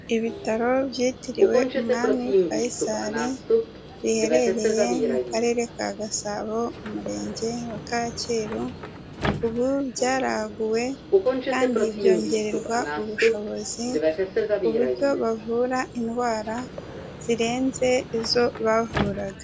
Ibitaro byitiriwe umwami Faisal biherereye mu Karere ka Gasabo, Umurenge wa Kacyiru, ubu byaraguwe kandi byongererwa ubushobozi, ku buryo bavura indwara zirenze izo bavuraga.